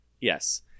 Yes